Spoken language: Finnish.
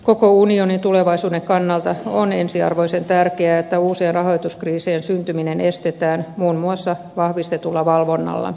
koko unionin tulevaisuuden kannalta on ensiarvoisen tärkeää että uusien rahoituskriisien syntyminen estetään muun muassa vahvistetulla valvonnalla